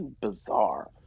bizarre